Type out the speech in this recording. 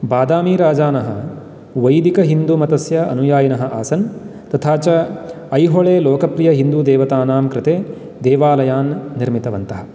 बादामीराजानः वैदिकहिन्दुमतस्य अनुयायिनः आसन् तथा च ऐहोळे लोकप्रियहिन्दुदेवतानां कृते देवालयान् निर्मितवन्तः